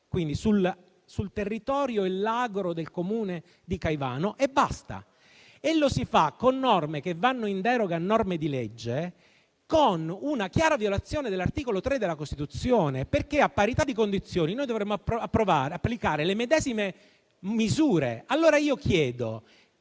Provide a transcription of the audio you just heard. quindi sul territorio e sull'agro del comune di Caivano e basta. E lo si fa con norme che vanno in deroga a norme di legge, con una chiara violazione dell'articolo 3 della Costituzione, secondo il quale, ad identiche situazioni, noi dovremmo applicare le medesime misure. Io chiedo,